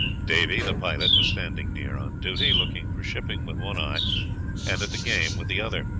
davy, the pilot, was standing near on duty, looking for shipping with one eye and at the game with the other.